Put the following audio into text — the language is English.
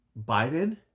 Biden